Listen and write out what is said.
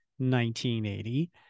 1980